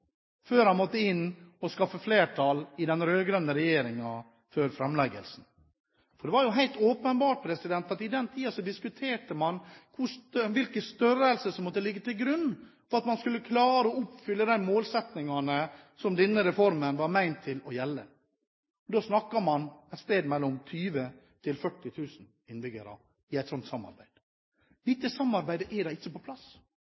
før han måtte inn og skaffe flertall i den rød-grønne regjeringen før framleggelsen. Det var helt åpenbart at i den tiden diskuterte man hvilken størrelse som måtte ligge til grunn for at man skulle klare å oppfylle de målsettingene som denne reformen var ment å oppfylle. Man snakker om et sted mellom 20 000 og 40 000 innbyggere i et slikt samarbeid. Dette samarbeidet er ikke på plass.